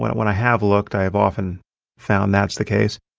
when when i have looked, i have often found that's the case.